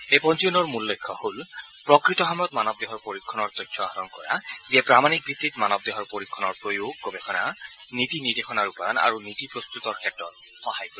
এই পঞ্জীয়নৰ মূল লক্ষ্য হল প্ৰকৃত সময়ত মানৱ দেহৰ পৰীক্ষণৰ তথ্য আহৰণ কৰা যিয়ে প্ৰামাণিক ভিত্তিত মানৱ দেহৰ পৰীক্ষণৰ প্ৰয়োগ গৱেষণা নীতি নিৰ্দেশনা ৰূপায়ণ আৰু নীতি প্ৰস্ততৰ ক্ষেত্ৰত সহায় কৰিব